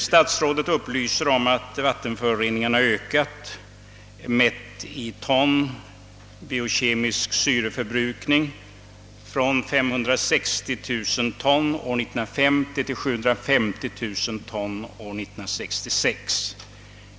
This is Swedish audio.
Statsrådet upplyser om att vattenföroreningarna beräknas ha ökat, mätt i ton biokemisk syreförbrukning från cirka 560 000 ton år 1950 till cirka 750 000 ton år 1956.